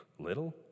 Little